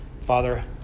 Father